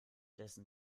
dessen